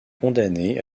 condamnés